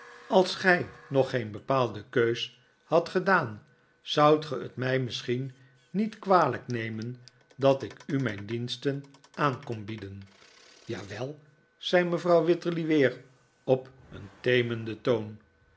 als gij nog geen bepaalde keus hadt gedaan zoudt ge het mij misschien niet kwalijk nemen dat ik u mijn diensten aan kom bieden jawel zei mevrouw wititterly weer op een temenden toon